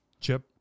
Chip